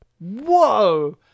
Whoa